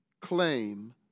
claim